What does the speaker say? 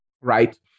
right